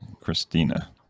Christina